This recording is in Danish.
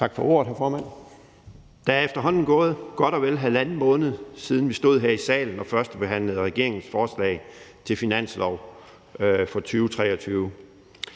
Tak for ordet, hr. formand. Der er efterhånden gået godt og vel halvanden måned, siden vi stod her i salen og førstebehandlede regeringens forslag til finanslov for 2023.